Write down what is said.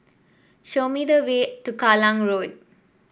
show me the way to Kallang Road